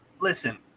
listen